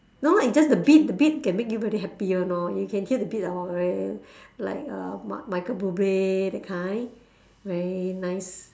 no it's just the beat the beat can make you very happy [one] lor you can hear the beat and all like like michael buble that kind very nice